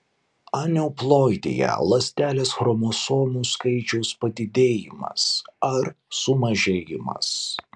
aneuploidija ląstelės chromosomų skaičiaus padidėjimas ar sumažėjimas